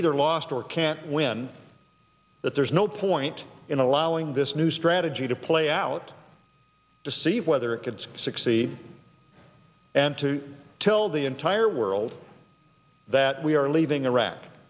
either lost or can't win that there's no point in allowing this new strategy to play out to see whether it gets sixty and to tell the entire world that we are leaving iraq